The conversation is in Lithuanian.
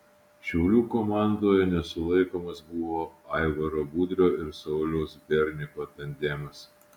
šiaulių komandoje nesulaikomas buvo aivaro budrio ir sauliaus berniko tandemas